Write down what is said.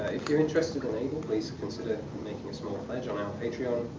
if you're interested and able, please consider making a small pledge on our patreon,